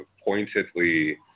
pointedly